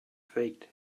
faked